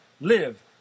live